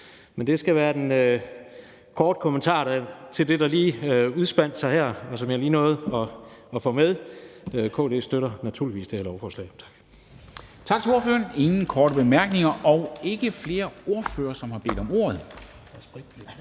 Men det skal være den korte kommentar til det, der lige udspandt sig her, og som jeg lige nåede at få med. KD støtter naturligvis det her lovforslag. Tak.